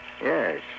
Yes